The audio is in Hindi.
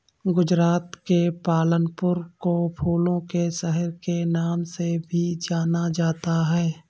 गुजरात के पालनपुर को फूलों के शहर के नाम से भी जाना जाता है